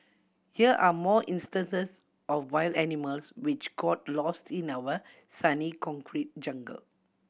here are more instances of wild animals which got lost in our sunny concrete jungle